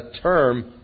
term